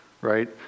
right